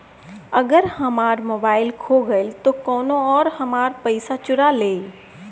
अगर हमार मोबइल खो गईल तो कौनो और हमार पइसा चुरा लेइ?